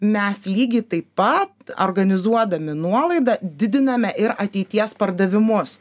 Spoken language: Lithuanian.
mes lygiai taip pat organizuodami nuolaidą didiname ir ateities pardavimus